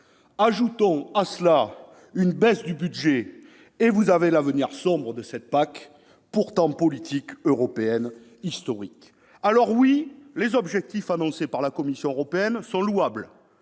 Ajoutons à cela une baisse du budget et vous voyez combien l'avenir de cette PAC, pourtant politique européenne historique, est sombre. Alors, oui, les objectifs annoncés par la Commission européenne sont louables